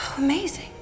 Amazing